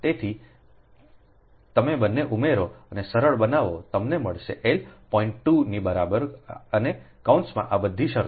તેથી તમે બંને ઉમેરો અને સરળ બનાવો તમને મળશે L પોઇન્ટ 2 ની બરાબર અને કૌંસમાં આ બધી શરતો